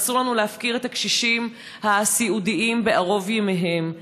ואסור לנו להפקיר את הקשישים הסיעודיים בערוב ימיהם.